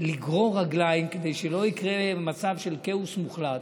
לגרור רגליים כדי שלא יקרה מצב של כאוס מוחלט,